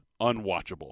unwatchable